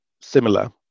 similar